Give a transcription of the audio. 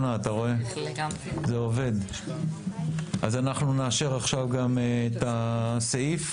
במליאה, אז אנחנו נאשר עכשיו גם את הסעיף.